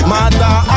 Mother